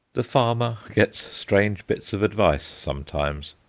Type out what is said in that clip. the farmer gets strange bits of advice sometimes,